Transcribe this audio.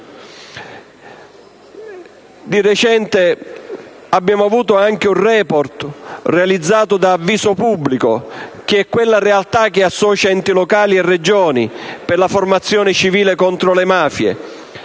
Di recente abbiamo avuto un *report*, realizzato da Avviso Pubblico, quella realtà che associa enti locali e Regioni per la formazione civile contro le mafie,